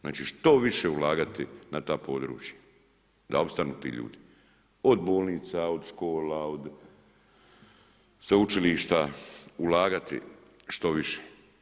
Znači, što više ulagati na ta područja da opstanu ti ljudi, od bolnica, od škola, od sveučilišta, ulagati što više.